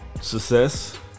success